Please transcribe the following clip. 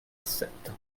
assetto